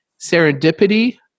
serendipity